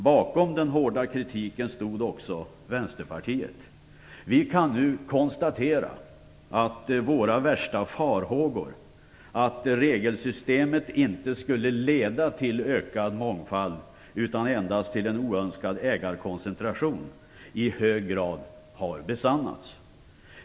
Bakom den hårda kritiken stod också Vänsterpartiet. Vi kan nu konstatera att våra värsta farhågor - att regelsystemet inte skulle leda till ökad mångfald utan endast till en oönskad ägarkoncentration - i hög grad har besannats.